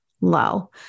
low